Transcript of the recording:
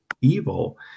evil